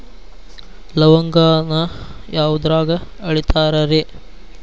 ಲವಂಗಾನ ಯಾವುದ್ರಾಗ ಅಳಿತಾರ್ ರೇ?